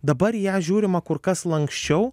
dabar į ją žiūrima kur kas lanksčiau